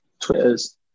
Twitters